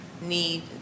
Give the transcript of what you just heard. need